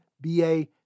BA